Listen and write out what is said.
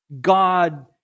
God